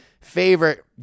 favorite